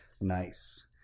nice